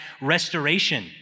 restoration